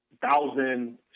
thousand